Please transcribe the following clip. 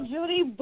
Judy